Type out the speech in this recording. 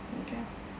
okay ah